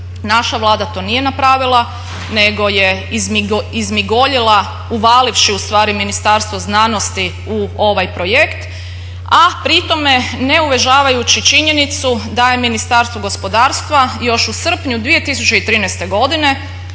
Naša Vlada to nije napravila nego je izmigoljila uvalivši ustvari Ministarstvo znanosti u ovaj projekt, a pri tome ne uvažavajući činjenicu da je Ministarstvo gospodarstva još u srpnju 2013. godine